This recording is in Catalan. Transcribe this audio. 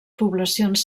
poblacions